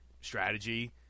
strategy